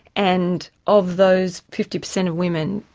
and of those fifty per cent of women,